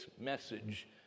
message